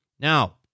Now